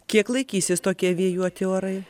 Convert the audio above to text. kiek laikysis tokie vėjuoti orai